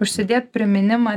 užsidėt priminimą